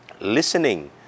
Listening